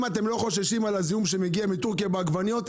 אם אתם לא חוששים על הזיהום שמגיע מטורקיה בעגבניות,